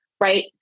right